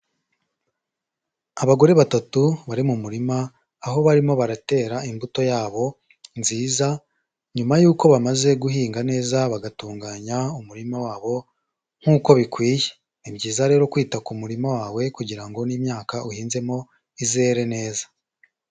Abagore batatu bari mu murima, aho barimo baratera imbuto yabo nziza nyuma yuko bamaze guhinga neza bagatunganya umurima wabo nk'uko bikwiye, ni byiza rero kwita ku murima wawe kugira ngo n'imyaka uhinzemo izere neza.